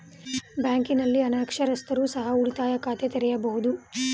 ಬ್ಯಾಂಕಿನಲ್ಲಿ ಅನಕ್ಷರಸ್ಥರು ಸಹ ಉಳಿತಾಯ ಖಾತೆ ತೆರೆಯಬಹುದು?